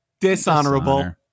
Dishonorable